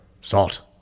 salt